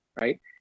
right